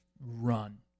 run